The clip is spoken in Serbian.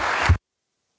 Hvala